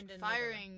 firing